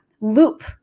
loop